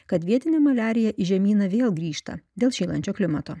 kad vietinė maliarija į žemyną vėl grįžta dėl šylančio klimato